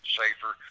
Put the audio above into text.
safer